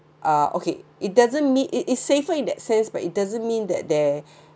uh okay it doesn't mean it is safer in that sense but it doesn't mean that they